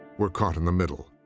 were caught in the middle.